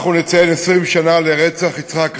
אנחנו נציין 20 שנה לרצח יצחק רבין,